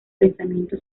pensamiento